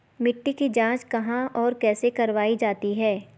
मिट्टी की जाँच कहाँ और कैसे करवायी जाती है?